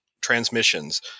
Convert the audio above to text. Transmissions